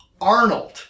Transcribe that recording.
arnold